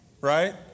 Right